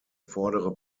vordere